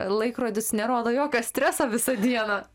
laikrodis nerodo jokio streso visą dieną